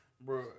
Bro